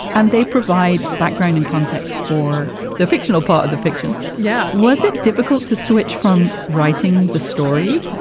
and they provide background and context for the fictional part of the fiction. yeah. was it difficult to switch from writing the story?